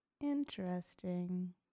Interesting